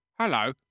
Hello